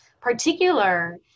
particular